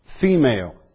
female